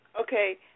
Okay